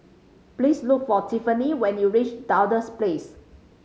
please look for Tiffani when you reach Duchess Place